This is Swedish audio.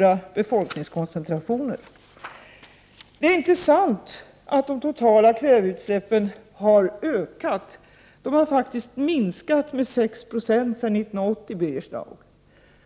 1988/89:70 Det är inte sant att de totala kväveutsläppen har ökat. De har minskat med 21 februari 1989 dan 1 Bi 3 å ——— 6 20 sedan 1980, Birger Schlaug.